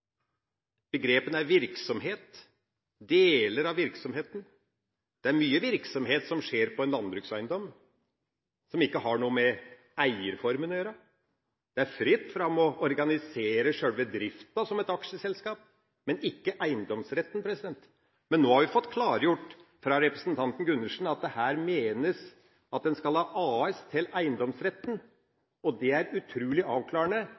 Begrepene er virksomhet – deler av virksomheten. Det er mye virksomhet som skjer på en landbrukseiendom, som ikke har noe med eierformen å gjøre. Det er fritt fram for å organisere selve driften som et aksjeselskap, men ikke eiendomsretten. Men nå har vi fått klargjort fra representanten Gundersen at det her menes at et AS kan ha eiendomsretten, og det er utrolig avklarende.